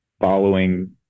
following